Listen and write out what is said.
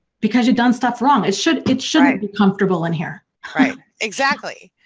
because you've done stuff wrong, it shouldn't it shouldn't be comfortable in here. right exactly.